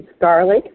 garlic